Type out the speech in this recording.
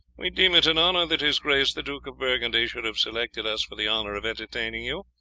we deem it an honour that his grace the duke of burgundy should have selected us for the honour of entertaining you.